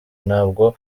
ntabwo